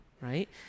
right